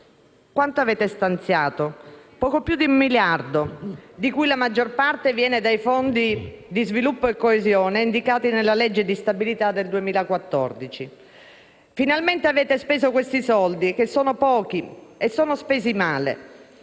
quanto avete stanziato? Poco più di 1 miliardo, di cui la maggior parte viene dai fondi per lo sviluppo e la coesione indicati nella legge di stabilità 2014. Finalmente avete speso questi soldi, che sono pochi e spesi male.